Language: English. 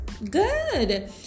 Good